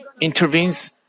intervenes